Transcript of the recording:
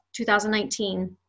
2019